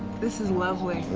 this is lovely.